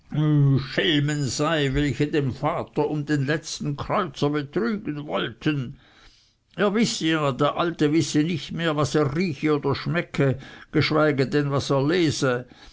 schelmen sei welche den vater um den letzten kreuzer betrügen wollten er wisse ja der alte wisse nicht mehr was er rieche oder schmecke geschweige denn was er lese